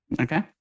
Okay